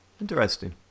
Interesting